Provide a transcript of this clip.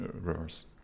reverse